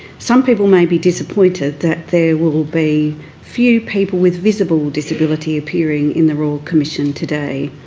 some people may be disappointed that there will will be few people with visible disability appearing in the royal commission today.